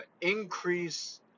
increase